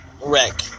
wreck